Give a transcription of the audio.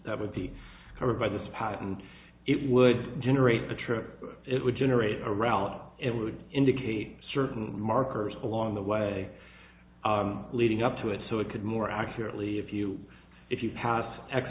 that would be covered by the spot and it would generate the trip it would generate around it would indicate certain markers along the way leading up to it so it could more accurately if you if you pass x